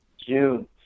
June